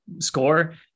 score